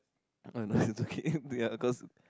no no it's okay ya because